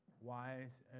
wise